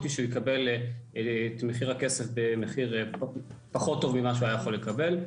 היא שהוא יקבל את מחיר הכסף במחיר פחות טוב ממה הוא היה יכול לקבל.